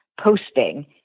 posting